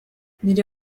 nire